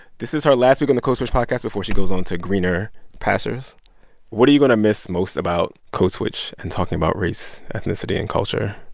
this is her last week on the code switch podcast before she goes on to greener pastures what are you going to miss most about code switch and talking about race, ethnicity and culture?